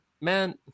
man